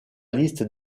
liste